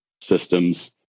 systems